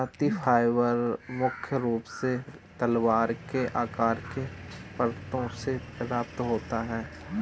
पत्ती फाइबर मुख्य रूप से तलवार के आकार के पत्तों से प्राप्त होता है